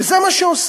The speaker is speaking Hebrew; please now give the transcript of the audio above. וזה מה שעושים.